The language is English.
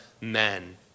men